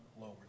lower